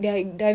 mmhmm